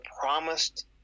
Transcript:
promised